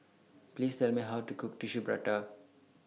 Please Tell Me How to Cook Tissue Prata